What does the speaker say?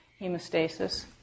hemostasis